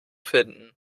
finden